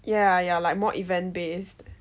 ya ya like more event based